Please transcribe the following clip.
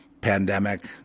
pandemic